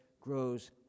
grows